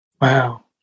Wow